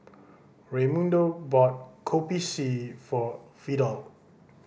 Raymundo bought Kopi C for Vidal